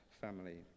family